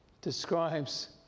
describes